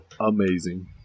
Amazing